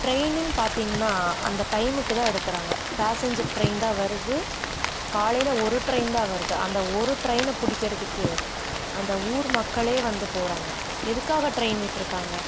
ட்ரெயினுன்னு பார்த்தீங்கன்னா அந்த டைமுக்கு தான் எடுக்குறாங்க பேஸஞ்சர் ட்ரெயின் தான் வருது காலையில் ஒரு ட்ரெயின் தான் வருது அந்த ஒரு ட்ரெயினை பிடிக்கிறதுக்கு அந்த ஊர் மக்களே வந்து போகிறாங்க எதுக்காக ட்ரெயின் விட்டிருக்காங்க